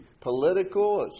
political